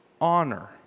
honor